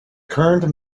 current